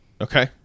Okay